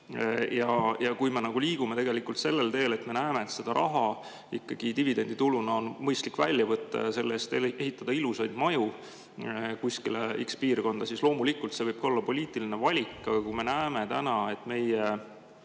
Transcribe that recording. Ja kui me liigume tegelikult sellel teel, et me näeme, et seda raha ikkagi dividendituluna on mõistlik välja võtta ja ehitada ilusaid maju kuskile x piirkonda, siis loomulikult ka see võib olla poliitiline valik. Aga me näeme täna, et meie